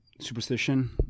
superstition